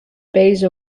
base